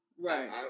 right